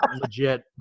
legit